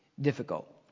difficult